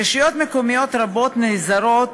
רשויות מקומיות רבות נעזרות